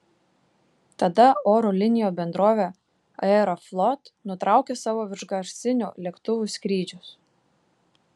tada oro linijų bendrovė aeroflot nutraukė savo viršgarsinių lėktuvų skrydžius